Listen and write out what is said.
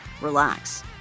relax